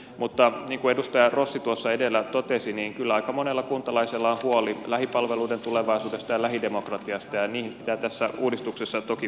mutta niin kuin edustaja rossi tuossa edellä totesi kyllä aika monella kuntalaisella on huoli lähipalveluiden tulevaisuudesta ja lähidemokratiasta ja siihen pitää tässä uudistuksessa toki uskottavasti vastata